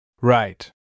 Right